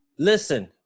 Listen